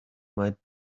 might